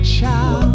Child